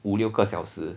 五六个小时